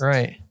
Right